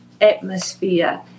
atmosphere